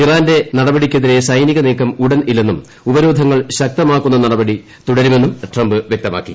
ഇറാന്റെ നടപടിക്കെതിരെ സൈനിക നീക്കം ഉടൻ ഇല്ലെന്നും ഉപരോധങ്ങൾ ശക്തമാക്കുന്ന നടപടി തുടരുമെന്നും ട്രംപ് വ്യക്തമാക്കി